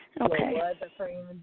Okay